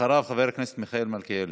אחריו, חבר הכנסת מיכאל מלכיאלי.